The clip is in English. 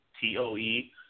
T-O-E